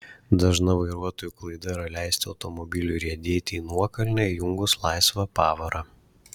dažna vairuotojų klaida yra leisti automobiliui riedėti į nuokalnę įjungus laisvą pavarą